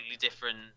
different